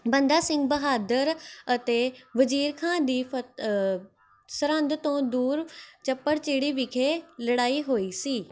ਬੰਦਾ ਸਿੰਘ ਬਹਾਦਰ ਅਤੇ ਵਜ਼ੀਰ ਖ਼ਾਂ ਦੀ ਫਤ ਸਰਹੰਦ ਤੋਂ ਦੂਰ ਚੱਪੜਚਿੜੀ ਵਿਖੇ ਲੜਾਈ ਹੋਈ ਸੀ